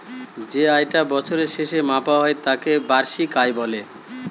যে আয় টা বছরের শেষে মাপা হয় তাকে বাৎসরিক আয় বলে